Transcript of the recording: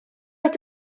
wedi